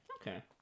okay